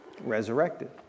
resurrected